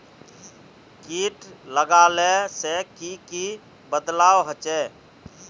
किट लगाले से की की बदलाव होचए?